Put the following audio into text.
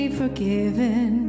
forgiven